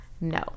No